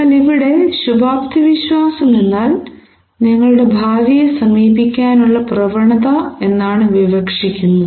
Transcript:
എന്നാൽ ഇവിടെ ശുഭാപ്തിവിശ്വാസം എന്നാൽ നിങ്ങളുടെ ഭാവിയെ സമീപിക്കാനുള്ള പ്രവണത എന്നാണ് വിവക്ഷിക്കുന്നത്